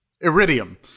Iridium